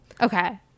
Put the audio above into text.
Okay